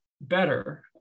better